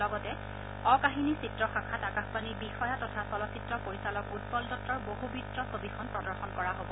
লগতে অকাহিনীচিত্ৰ শাখাত আকাশবাণীৰ বিষয়া তথা চলচ্চিত্ৰ পৰিচালক উৎপল দত্তৰ বহুবৃত্ত ছবিখন প্ৰদৰ্শন কৰা হ'ব